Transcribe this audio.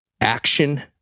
Action